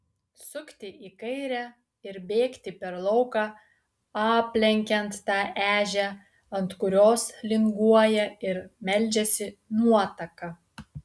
sukti į kairę ir bėgti per lauką aplenkiant tą ežią ant kurios linguoja ir meldžiasi nuotaka